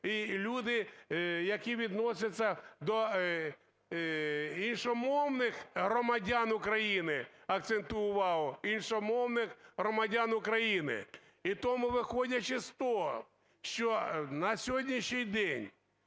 і люди, які відносяться до іншомовних громадян України, акцентую увагу, іншомовних громадян України. І тому, виходячи з того, що на сьогоднішній день